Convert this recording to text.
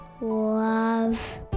love